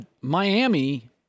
Miami